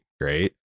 great